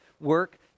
work